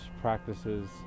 practices